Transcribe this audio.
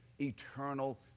eternal